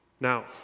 Now